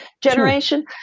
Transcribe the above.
generation